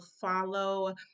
follow